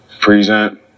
Present